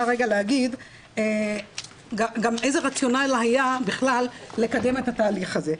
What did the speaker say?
להגיד גם איזה רציונל היה בכלל לקדם את התהליך הזה.